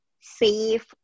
safe